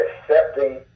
accepting